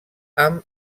amb